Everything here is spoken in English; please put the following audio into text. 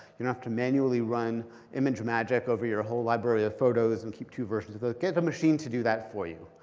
you don't have to manually run imagemagick over your whole library of photos and keep two versions of those. get a machine to do that for you.